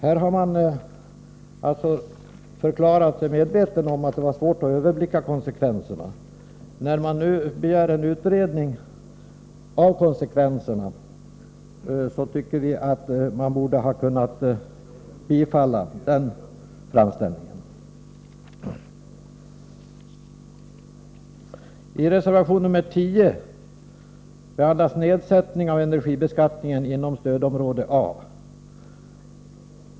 Här har man alltså förklarat sig medveten om att det var svårt att överblicka konsekvenserna. När vi nu begär en utredning av konsekvenserna tycker vi att man borde ha kunnat tillstyrka den framställningen. I reservation 10 yrkar vi på nedsättning av energibeskattningen inom stödområde A.